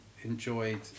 enjoyed